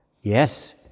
Yes